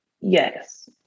yes